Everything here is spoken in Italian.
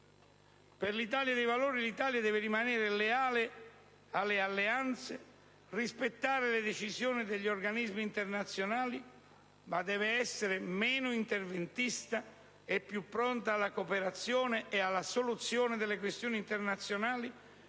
Per l'Italia dei Valori il nostro Paese deve rimanere leale alle alleanze e rispettare le decisioni degli organismi internazionali, ma deve essere meno interventista e più pronto alla cooperazione e alla soluzione delle questioni internazionali